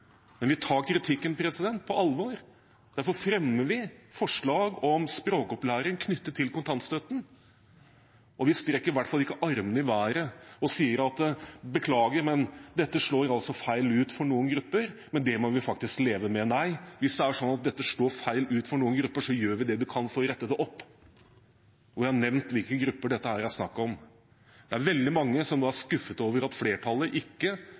Men vi tar kritikken på alvor. Derfor fremmer vi forslag om språkopplæring knyttet til kontantstøtten. Vi strekker i hvert fall ikke armene i været og sier: Beklager, dette slår feil ut for noen grupper, men det må vi faktisk leve med. Hvis det er slik at det slår feil ut for noen grupper, gjør vi det vi kan for å rette det opp. Og jeg har nevnt hvilke grupper det er snakk om her. Det er veldig mange som nå er skuffet over at flertallet ikke